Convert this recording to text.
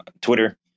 Twitter